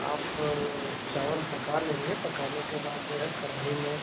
आप चावल पका लेंगे पकाने के बाद जो है कड़ाई में